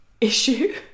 issue